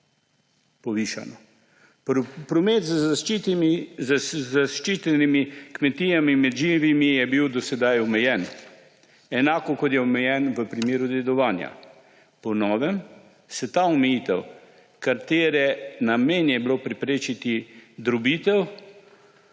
odškodnino. Promet z zaščitenimi kmetijami med živimi je bil do sedaj omejen enako, kot je omejen v primeru dedovanja. Po novem se ta omejitev, katere namen je bil preprečiti drobitev